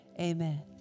Amen